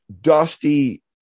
Dusty